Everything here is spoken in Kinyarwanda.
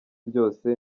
byose